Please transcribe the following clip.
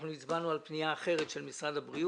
אנחנו הצבענו על פנייה אחרת של משרד הבריאות.